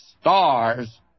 stars